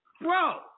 Bro